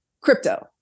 crypto